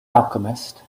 alchemist